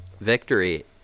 victory